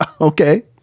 Okay